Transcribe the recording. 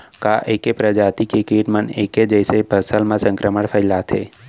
का ऐके प्रजाति के किट मन ऐके जइसे फसल म संक्रमण फइलाथें?